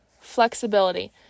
flexibility